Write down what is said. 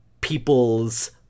people's